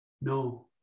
No